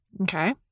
okay